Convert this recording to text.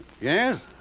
Yes